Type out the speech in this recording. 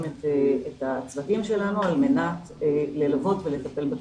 את הצוותים שלנו על מנת ללוות ולטפל בתופעה.